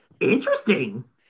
Interesting